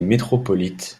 métropolite